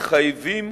מתחייבים